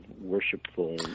worshipful